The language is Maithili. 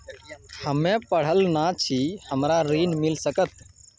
हम्मे पढ़ल न छी हमरा ऋण मिल सकत?